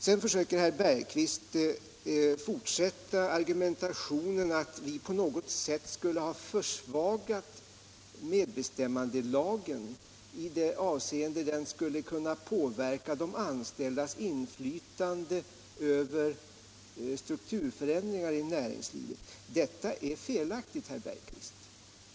Sedan fortsätter herr Bergqvist argumentationen att vi på något sätt skulle ha försvagat medbestämmandelagen när det gäller de anställdas inflytande över strukturförändringar i näringslivet. Detta är felaktigt, herr Bergqvist.